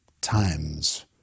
times